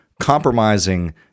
compromising